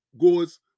goes